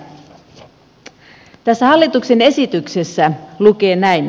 eli tässä hallituksen esityksessä lukee näin